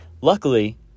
Luckily